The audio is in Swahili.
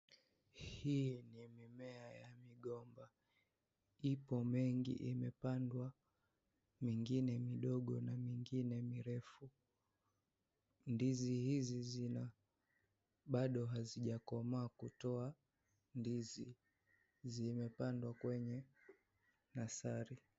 Hii ni mimea ya migomba, ipo mengi imepandwa mingine midogo na mingine mirefu, ndizi hizi bado hazijakomaa kutoa ndizi, zimepandwa kwenye nursery .